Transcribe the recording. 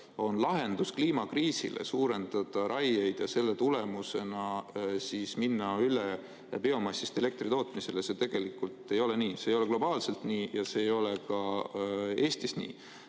on lahendus kliimakriisile, kui suurendame raiet ja selle tulemusena läheme üle biomassist elektri tootmisele – see tegelikult ei ole nii. See ei ole globaalselt nii ja see ei ole ka Eestis nii.